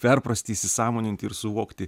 perprasti įsisąmoninti ir suvokti